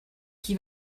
qui